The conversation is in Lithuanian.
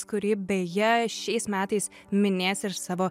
kuri beje šiais metais minės ir savo